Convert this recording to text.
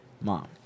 Mom